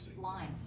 line